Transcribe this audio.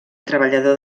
treballador